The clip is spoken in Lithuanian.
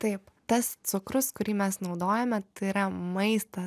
taip tas cukrus kurį mes naudojame tai yra maistas